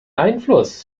einfluss